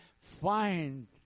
find